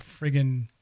friggin